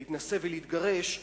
להינשא ולהתגרש,